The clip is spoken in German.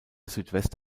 südwest